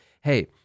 hey